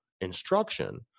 instruction